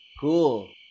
Cool